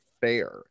fair